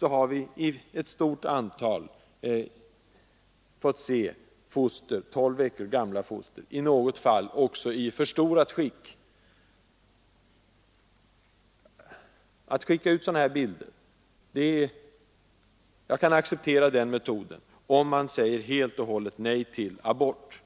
har vi fått se ett stort antal tolv veckor gamla foster — i något fall också i förstorat skick. Jag kan acceptera metoden att sända ut sådana bilder, om man säger helt och hållet nej till abort.